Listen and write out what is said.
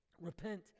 Repent